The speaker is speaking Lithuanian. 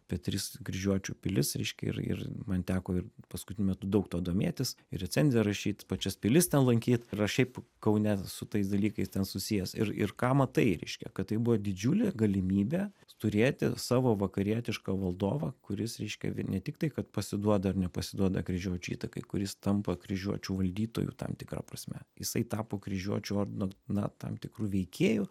apie tris kryžiuočių pilis reiškia ir ir man teko ir paskutiniu metu daug tuo domėtis ir recenziją rašyt pačias pilis ten lankyt ir aš šiaip kaune su tais dalykais ten susijęs ir ir ką matai reiškia kad tai buvo didžiulė galimybė turėti savo vakarietišką valdovą kuris reiškia ne tiktai kad pasiduoda ar nepasiduoda kryžiuočių įtakai kuris tampa kryžiuočių valdytoju tam tikra prasme jisai tapo kryžiuočių ordinu na tam tikru veikėju